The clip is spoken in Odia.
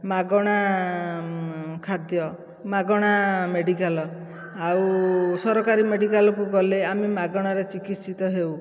ମାଗଣା ଖାଦ୍ୟ ମାଗଣା ମେଡ଼ିକାଲ ଆଉ ସରକାରୀ ମେଡ଼ିକାଲକୁ ଗଲେ ଆମେ ମାଗଣାରେ ଚିକତ୍ସିତ ହେଉ